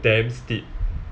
damn steep